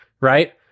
right